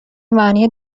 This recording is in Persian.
معنی